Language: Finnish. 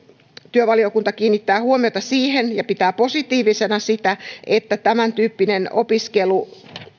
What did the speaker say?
työvaliokunta kiinnittää huomiota siihen ja pitää positiivisena sitä että tämäntyyppinen opiskelu